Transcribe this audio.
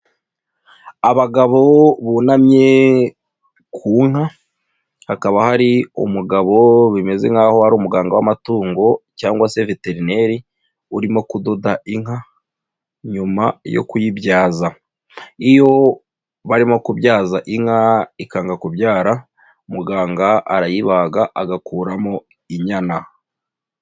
Abagabo bunamye ku nka hakaba hari umugabo bimeze nk'aho ari umuganga w'amatungo cyangwa se veterineri urimo kudoda inka nyuma yo kuyibyaza, iyo barimo kubyaza inka ikanga kubyara muganga arayibaga agakuramo inyana.